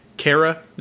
Kara